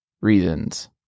reasons